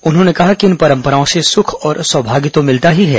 उन्होंने कहा कि इन परंपराओं से सुख और सौभाग्य तो मिलता ही है